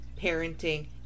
parenting